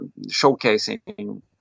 showcasing